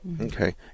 Okay